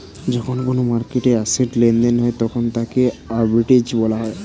যখন কোনো মার্কেটে অ্যাসেট্ লেনদেন হয় তখন তাকে আর্বিট্রেজ বলা হয়